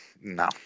No